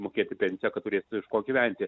mokėti pensiją kad turėtų iš ko gyventi